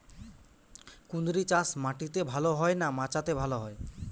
কুঁদরি চাষ মাটিতে ভালো হয় না মাচাতে ভালো হয়?